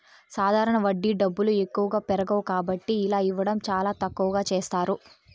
సాధారణ వడ్డీ డబ్బులు ఎక్కువగా పెరగవు కాబట్టి ఇలా ఇవ్వడం చాలా తక్కువగా చేస్తారు